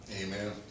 Amen